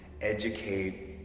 educate